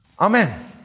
Amen